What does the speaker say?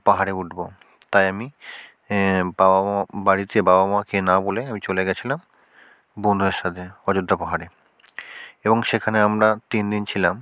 পাহাড়ে উঠব তাই আমি বাবা মা বাড়িতে বাবা মাকে না বলে আমি চলে গিয়েছিলাম বন্ধুদের সাথে অযোধ্যা পাহাড়ে এবং সেখানে আমরা তিন দিন ছিলাম